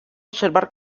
observar